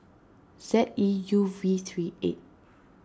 Z E U V three eight